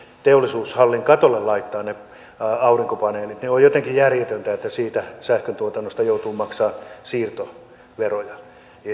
teollisuushallin katolle laittaa ne aurinkopaneelit niin on jotenkin järjetöntä että siitä sähköntuotannosta joutuu maksamaan siirtoveroja